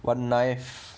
one knife